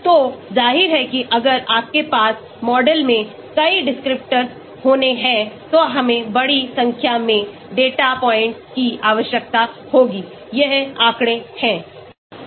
तो जाहिर है कि अगर आपके पास मॉडल में कई descriptors होने हैं तो हमें बड़ी संख्या में डेटा पॉइंट्स की आवश्यकता होगी यह आँकड़े हैं